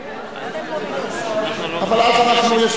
אתה צודק, אבל אני מבקשת לפנים משורת הדין.